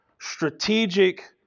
strategic